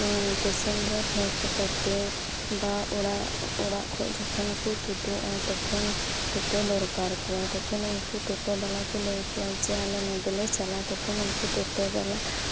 station ᱨᱮ ᱯᱷᱮᱰ ᱠᱟᱛᱮᱜ ᱵᱟ ᱵᱟ ᱚᱲᱟᱜ ᱠᱷᱚᱱ ᱡᱚᱠᱷᱚᱱ ᱠᱚ ᱛᱩᱫᱩᱜᱼᱟ ᱛᱚᱠᱷᱚᱱ ᱴᱳᱴᱳ ᱫᱚᱨᱠᱟᱨ ᱠᱚᱣᱟ ᱛᱚᱠᱷᱚᱱ ᱫᱚ ᱴᱳᱴᱳᱵᱟᱞᱟ ᱠᱚ ᱞᱟᱹᱭ ᱠᱚᱣᱟ ᱡᱮ ᱟᱞᱮ ᱱᱚᱰᱮ ᱞᱮ ᱪᱟᱞᱟᱜᱼᱟ